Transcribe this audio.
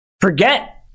forget